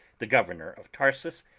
the governor of tarsus,